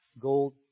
Gold